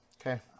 Okay